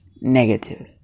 negative